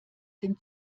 dem